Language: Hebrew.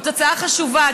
זאת הצעה חשובה.